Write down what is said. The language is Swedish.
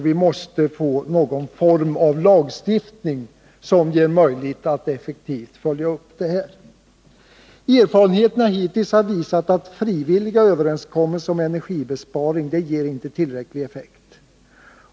Vi måste få någon form av lagstiftning som gör det möjligt att effektivt följa upp detta. Erfarenheterna hittills har visat att frivilliga överenskommelser om energibesparing inte ger tillräcklig effekt.